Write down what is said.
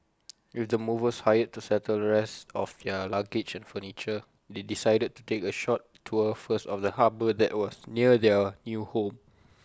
with the movers hired to settle the rest of their luggage and furniture they decided to take A short tour first of the harbour that was near their new home